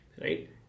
Right